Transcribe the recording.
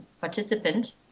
participant